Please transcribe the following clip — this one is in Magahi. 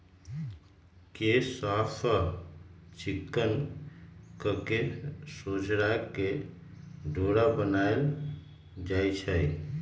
केश साफ़ चिक्कन कके सोझरा के डोरा बनाएल जाइ छइ